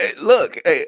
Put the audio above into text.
Look